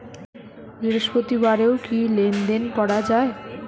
বৃহস্পতিবারেও কি লেনদেন করা যায়?